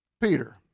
Peter